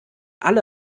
alle